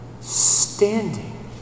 standing